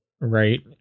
right